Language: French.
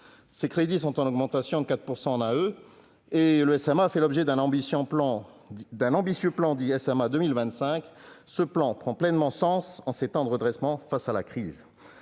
Ses crédits sont en augmentation de 4 % en AE et il fait l'objet d'un ambitieux plan dit « SMA 2025 », qui prend pleinement sens en ces temps de redressement face à la crise.